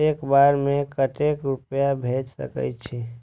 एक बार में केते रूपया भेज सके छी?